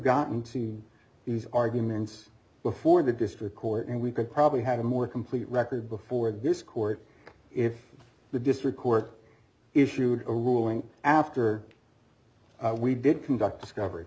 gotten these arguments before the district court and we could probably have a more complete record before this court if the district court issued a ruling after we did conduct discovery